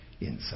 inside